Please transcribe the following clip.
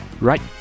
Right